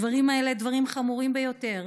הדברים האלה הם דברים חמורים ביותר,